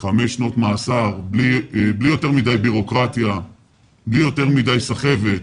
חמש שנות מאסר בלי יותר מדי בירוקרטיה ובלי יותר מדי סחבת.